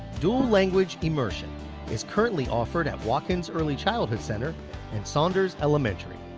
dual language immersion is currently offered at watkins early childhood center and saunders elementary.